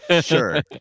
Sure